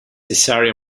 caesarea